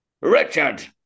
Richard